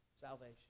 Salvation